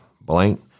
Blank